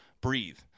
breathe